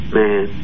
man